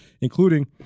including